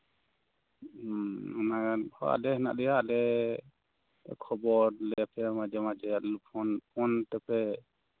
ᱦᱩᱸ ᱟᱞᱮ ᱦᱮᱱᱟᱜ ᱞᱮᱭᱟ ᱟᱞᱮ ᱠᱷᱚᱵᱚᱨ ᱞᱟᱹᱭᱟᱯᱮᱭᱟ ᱞᱮ ᱢᱟᱡᱷᱮᱼᱢᱟᱡᱷᱮ ᱯᱷᱳᱱ ᱛᱮᱯᱮ